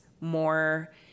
more